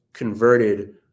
Converted